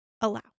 allow